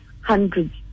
hundreds